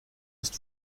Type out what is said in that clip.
ist